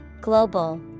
Global